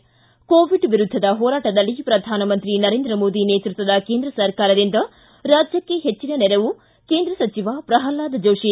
ಿ ಕೋವಿಡ್ ವಿರುದ್ದದ ಹೋರಾಟದಲ್ಲಿ ಪ್ರಧಾನಮಂತ್ರಿ ನರೇಂದ್ರ ಮೋದಿ ನೇತೃತ್ವದ ಕೇಂದ್ರ ಸರ್ಕಾರದಿಂದ ರಾಜ್ಯಕ್ಕೆ ಹೆಚ್ಚಿನ ನೆರವು ಕೇಂದ್ರ ಸಚಿವ ಪ್ರಹ್ಲಾದ್ ಜೋಶಿ